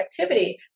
activity